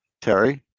Terry